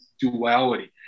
Duality